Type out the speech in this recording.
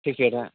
packet आ